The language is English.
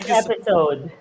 episode